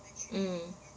mm